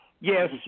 yes